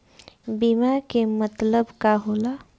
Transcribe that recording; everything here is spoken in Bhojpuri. बीमा के मतलब का होला?